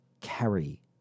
carry